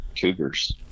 cougars